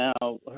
now